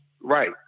right